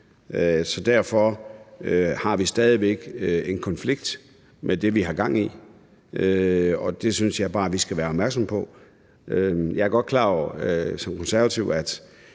Derfor har vi stadig en konflikt med det, som vi har gang i, og det synes jeg bare vi skal være opmærksomme på. Jeg er som konservativ